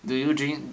do you drink